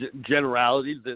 generalities